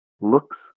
Looks